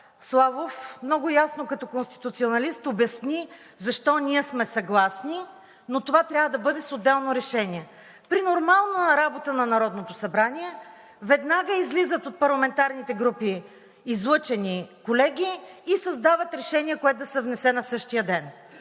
Славов като конституционалист много ясно обясни защо ние сме съгласни, но това трябва да бъде с отделно решение. При нормална работа на Народното събрание веднага излизат от парламентарните групи излъчени колеги и създават решение, което да се внесе на същия ден.